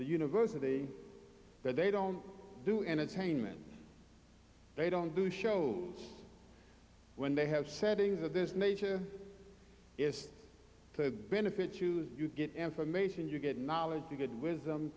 the university but they don't do entertainment they don't do shows when they have settings of this nature is to benefit you you get information you get knowledge to good wisdom